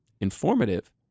informative